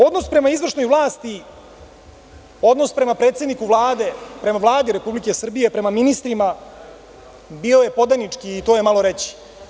Odnos prema izvršnoj vlasti, odnos prema predsedniku Vlade, prema Vladi Republike Srbije, prema ministrima, bio je podanički i to je malo reći.